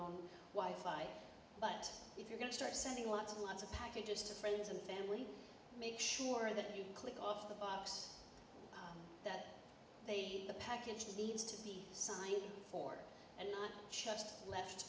own wife fight but if you're going to start sending lots of lots of packages to friends and family make sure that you click off the box that they the package that needs to be signed for and not just left